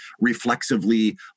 reflexively